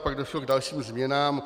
Pak došlo k dalším změnám.